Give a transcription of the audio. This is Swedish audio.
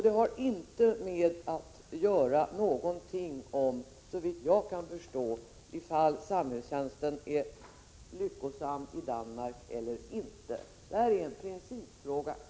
Det har, såvitt jag kan förstå, inte någonting att göra med ifall samhällstjänsten är lyckosam i Danmark eller inte. Detta är en principfråga.